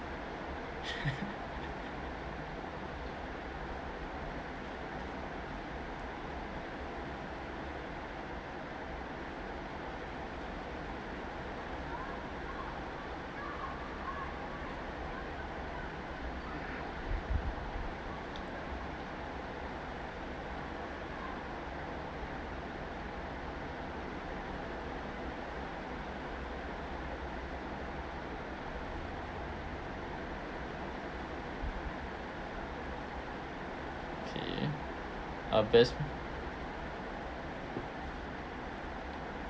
okay uh best